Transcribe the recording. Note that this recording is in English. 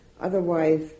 Otherwise